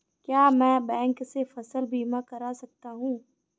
क्या मैं बैंक से फसल बीमा करा सकता हूँ?